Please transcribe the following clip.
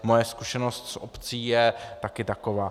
Moje zkušenost z obcí je taky taková.